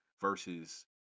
versus